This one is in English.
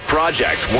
Project